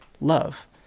Love